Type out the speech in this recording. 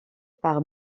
par